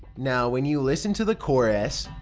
now, when you listen to the chorus,